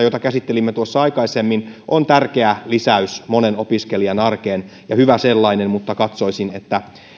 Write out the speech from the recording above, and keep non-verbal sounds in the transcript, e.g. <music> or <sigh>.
<unintelligible> jota käsittelimme tuossa aikaisemmin on tärkeä lisäys monen opiskelijan arkeen ja hyvä sellainen mutta katsoisin